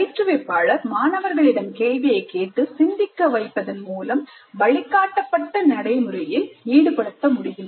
பயிற்றுவிப்பாளர் மாணவர்களிடம் கேள்வியைக் கேட்டு சிந்திக்க வைப்பதன் மூலம் வழிகாட்டப்பட்ட நடைமுறையில் ஈடுபடுத்த முடியும்